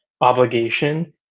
obligation